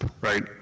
Right